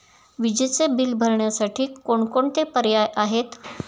विजेचे बिल भरण्यासाठी कोणकोणते पर्याय आहेत?